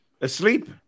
Asleep